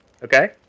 Okay